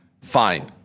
fine